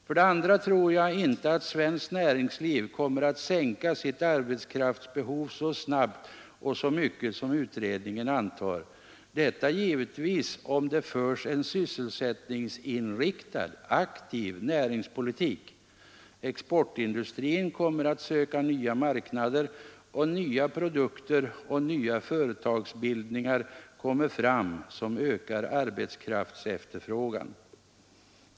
För det andra tror jag inte att svenskt näringsliv kommer att sänka sitt arbetskraftsbehov så snabbt och så mycket som utredningen antar — detta givetvis om det förs en sysselsättningsinriktad aktiv näringspolitik. Exportindustrin kommer att söka nya marknader. Och nya produkter och nya företagsbildningar kommer fram som ökar arbetskraftsefterfrågan.